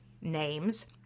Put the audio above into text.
names